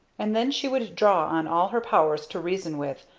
and then she would draw on all her powers to reason with,